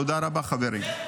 תודה רבה, חברים.